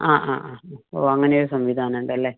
ആ ആ ആ ഓ അങ്ങനെ ഒരു സംവിധാനം ഉണ്ട് അല്ലേ